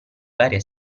varie